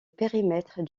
périmètre